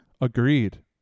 Agreed